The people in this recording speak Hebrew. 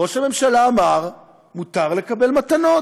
ראש הממשלה אמר: מותר לקבל מתנות.